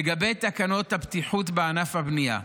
לגבי תקנות הבטיחות בענף הבנייה,